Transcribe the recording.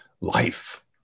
life